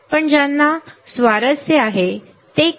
पण ज्यांना स्वारस्य आहे ते कॅडन्स शिकू शकतात